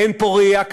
אין פה ראייה קדימה.